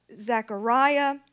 Zechariah